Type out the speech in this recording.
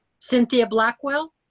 cynthia blackwell.